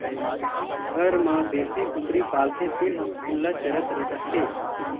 घर म देशी कुकरी पालथे तेन ह खुल्ला चरत रहिथे